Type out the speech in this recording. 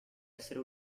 essere